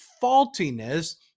faultiness